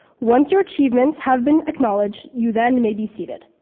once your achievements have been acknowledged, you then may be seated.